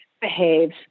behaves